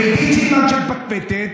ועידית סילמן שמפטפטת,